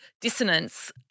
dissonance